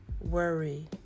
worry